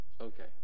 Okay